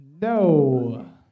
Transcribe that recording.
No